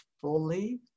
fully